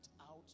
out